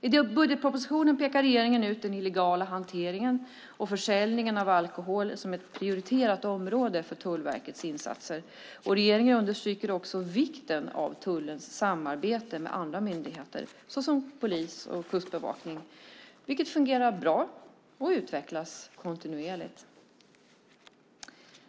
I budgetpropositionen pekar regeringen ut den illegala hanteringen och försäljningen av alkohol som ett prioriterat område för Tullverkets insatser. Regeringen understryker också vikten av tullens samarbete med andra myndigheter såsom polis och kustbevakning, vilket fungerar bra och utvecklas kontinuerligt.